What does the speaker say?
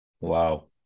Wow